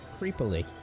creepily